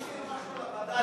בוא נשאיר משהו לווד"לים, דב.